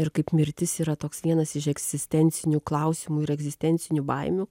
ir kaip mirtis yra toks vienas iš egzistencinių klausimų ir egzistencinių baimių